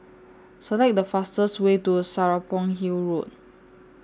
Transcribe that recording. Select The fastest Way to Serapong Hill Road